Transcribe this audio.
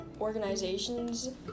organizations